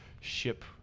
ship